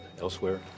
elsewhere